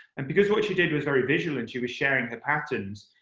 and because what she did was very visual and she was sharing her patterns,